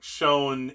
shown